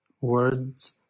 words